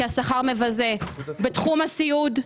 כי השכר מבזה בתחום הסיעוד,